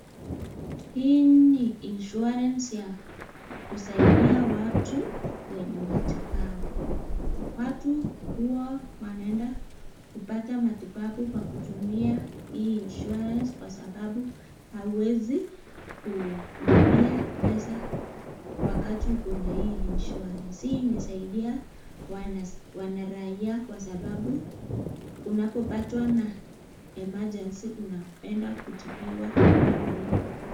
Hii ni insurance ya kusaidia watu kwenye matibabu. Watu huwa wanaenda kupata matibabu kwa kutumia hii insurance kwa sababu hauwezi kulipia pesa wakati uko na hii insurance . Hii imesaidia wanaraia kwa sababu unapopata na emergency unaenda kutibiwa bila malipo.